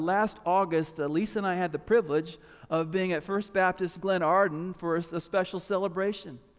last august, lisa and i had the privilege of being at first baptist glenarden for a special celebration.